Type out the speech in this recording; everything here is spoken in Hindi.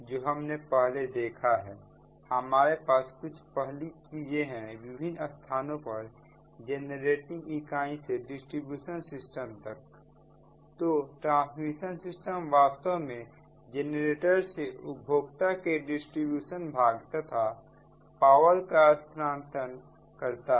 जो हमने पहले देखा है हमारे पास कुछ पहली चीजें हैं विभिन्न स्थानों पर जेनरेटिंग इकाई से डिस्ट्रीब्यूशन सिस्टम तक तो ट्रांसमिशन सिस्टम वास्तव में जेनरेटर से उपभोक्ता के डिस्ट्रीब्यूशन भाग तक पावर का स्थानांतरण करता है